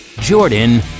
Jordan